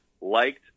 Liked